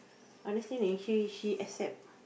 understanding she she accept